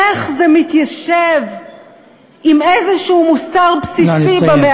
איך זה מתיישב עם איזה מוסר בסיסי, נא לסיים.